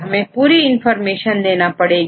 हमें पूरी इंफॉर्मेशन देना पड़ेगी